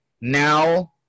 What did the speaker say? now